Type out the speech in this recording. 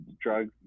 drugs